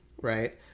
right